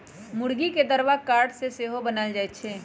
मूर्गी के दरबा काठ से सेहो बनाएल जाए छै